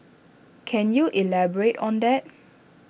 can you elaborate on that